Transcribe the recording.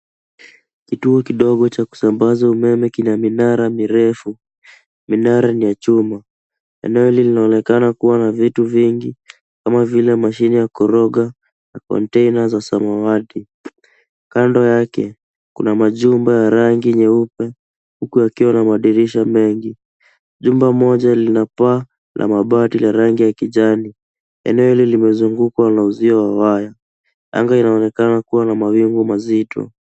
Kituo kidogo cha kusambaza umeme kina minara mirefu. Minara ni ya chuma. Eneo hili linaonekana kuwa na vitu vingi kama vile mashini ya kukoroga na container za saruwatu. Kando yake kuna majumba ya rangi nyeupe huku yakiwa na madirisha mengi. jumba moja lina paa na mabati la rangi ya kijani. Eneo hili limezungukwa na uzio wa waya. Anga inaonekana kuwa na mawingu mazito.